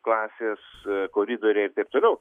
klasės koridoriai ir taip toliau